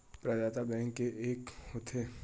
प्रदाता बैंक के एके होथे?